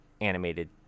animated